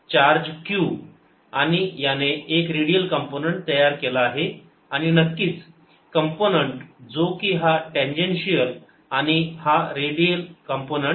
charge q आणि याने एक रेडियल कंपोनंन्ट तयार केला आहे आणि नक्कीच कंपोनंन्ट जो की हा टँजेन्शिअल आणि हा रेडियल कंपोनंन्ट